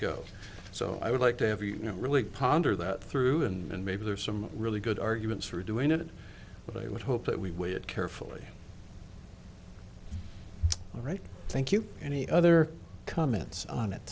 go so i would like to have you know really ponder that through and maybe there are some really good arguments for doing it but i would hope that we weigh it carefully all right thank you any other comments on it